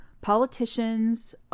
politicians